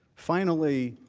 finally,